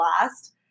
last